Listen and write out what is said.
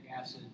acid